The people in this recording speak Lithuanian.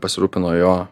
pasirūpino jo